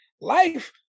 Life